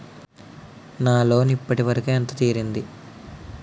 నా లోన్ ఇప్పటి వరకూ ఎంత తీరింది?